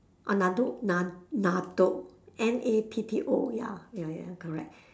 oh N A T T O ya ya ya correct